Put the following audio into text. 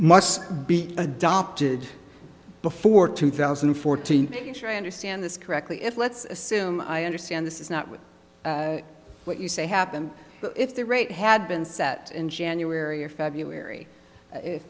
must be adopted before two thousand and fourteen i understand this correctly it let's assume i understand this is not with what you say happened but if the rate had been set in january or february if